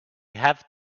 have